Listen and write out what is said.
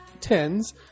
TENS